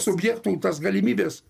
subjektų tas galimybes